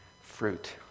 fruit